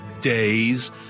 days